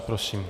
Prosím.